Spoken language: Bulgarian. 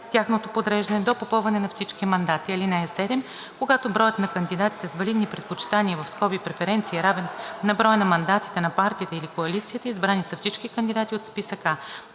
тяхното подреждане до попълване на всички мандати. (7) Когато броят на кандидатите с валидни предпочитания (преференции) е равен на броя на мандатите на партията или коалицията, избрани са всички кандидати от списък